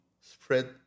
spread